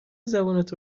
زبونت